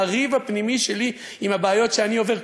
מהריב הפנימי שלי עם הבעיות שאני עובר,